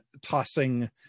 tossing